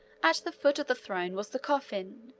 at the foot of the throne was the coffin,